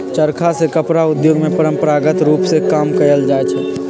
चरखा से कपड़ा उद्योग में परंपरागत रूप में काम कएल जाइ छै